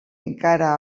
encara